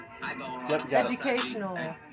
Educational